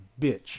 bitch